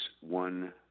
one